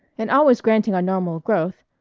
and always granting a normal growth,